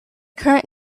current